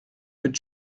mit